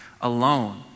alone